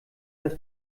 das